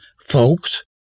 folks